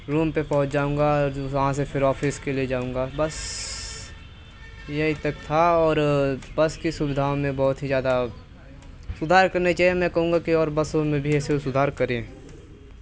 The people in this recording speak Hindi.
रुम पर पहुँच जाउँगा वहाँ से फिर ऑफिस के लिए जाउँगा बस्स्स यही तक था और बस की सुविधाओ में बहुत ही जादा सुधार करनी चाहिए मैं कहूँगा कि और बसों में भी ऐसे सुधार करें